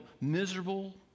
miserable